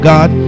God